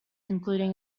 including